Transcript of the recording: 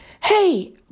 hey